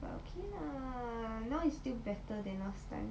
but okay lah now it's still better than last time